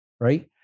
right